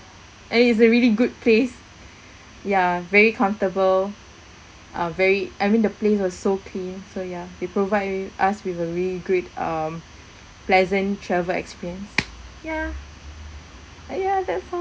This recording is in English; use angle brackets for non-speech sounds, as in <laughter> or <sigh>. and it's a really good place ya very comfortable uh very I mean the place was so clean so ya they provide us with a really good um pleasant travel experience <noise> ya ya that's all